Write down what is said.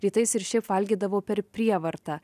rytais ir šiaip valgydavau per prievartą